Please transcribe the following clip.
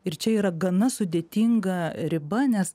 ir čia yra gana sudėtinga riba nes